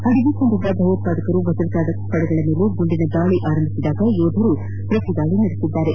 ಅಡಗಿಕೊಂಡಿದ್ದ ಭಯೋತ್ವಾದಕರು ಭದ್ರತಾಪಡೆಗಳ ಮೇಲೆ ಗುಂಡಿನ ದಾಳ ಆರಂಭಿಸದಾಗ ಯೋಧರು ಪ್ರತಿದಾಳಿ ನಡೆಸಿದ್ದಾರೆ